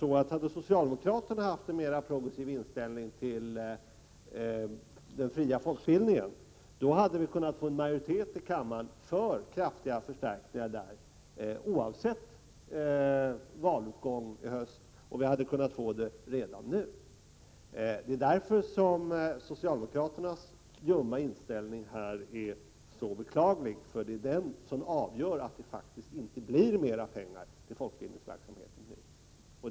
Om socialdemokraterna däremot hade haft en mer progressiv inställning till den fria folkbildningen, hade vi kunnat få en majoritet i kammaren för kraftiga förstärkningar i fråga om detta oavsett valutgången i höst, och vi hade kunnat få det redan nu. Det är därför som socialdemokraternas ljumma inställning här är så beklaglig — det är den som är avgörande för att folkbildningsverksamheten inte tillförs mer pengar nu.